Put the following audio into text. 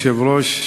אדוני היושב-ראש,